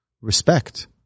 respect